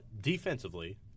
Defensively